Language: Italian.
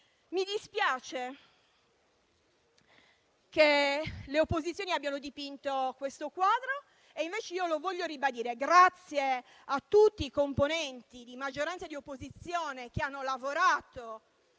Mi dispiace che le opposizioni abbiano dipinto questo quadro. Invece io lo voglio ribadire: grazie a tutti i componenti di maggioranza e di opposizione che hanno lavorato,